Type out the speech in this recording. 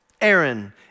Aaron